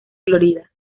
florida